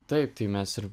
taip tai mes ir